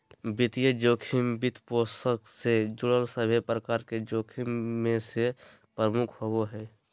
वित्तीय जोखिम, वित्तपोषण से जुड़ल सभे प्रकार के जोखिम मे से प्रमुख होवो हय